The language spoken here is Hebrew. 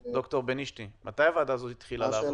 ד"ר בנישתי, מתי הוועדה הזאת התחילה את הדיונים?